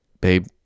Babe